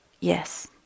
yes